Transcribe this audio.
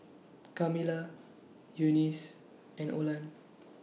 Camila Eunice and Olan